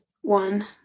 one